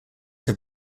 have